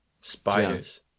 Spiders